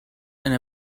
and